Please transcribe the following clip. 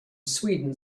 sweden